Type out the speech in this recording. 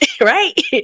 right